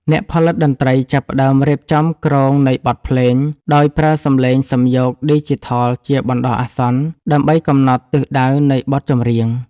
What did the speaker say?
អ្នកផលិតតន្ត្រីចាប់ផ្ដើមរៀបចំគ្រោងនៃបទភ្លេង ដោយប្រើសំឡេងសំយោគឌីជីថលជាបណ្ដោះអាសន្ន ដើម្បីកំណត់ទិសដៅនៃបទចម្រៀង។